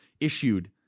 issued